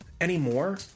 Anymore